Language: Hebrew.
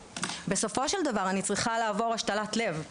בסופו של דבר, אני צריכה לעבור השתלת לב,